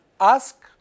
ask